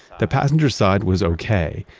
the passenger's side was okay,